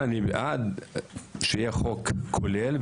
אני בעד שיהיה חוק כולל,